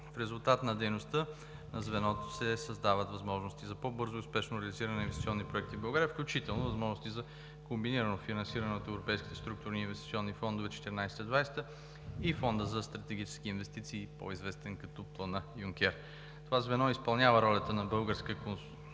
В резултат на дейността на звеното се създават възможности за по-бързо и успешно реализиране на инвестиционни проекти в България, включително възможности за комбинирано финансиране от европейските структурни и инвестиционни фондове 2014 – 2020 г. и Европейския фонд за стратегически инвестиции, по-известен като Плана Юнкер. Това звено изпълнява ролята на българска консултативна